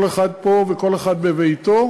כל אחד פה וכל אחד בביתו,